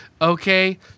okay